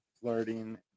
flirting